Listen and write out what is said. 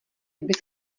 bys